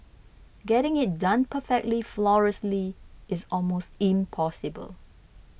getting it done perfectly flawlessly is almost impossible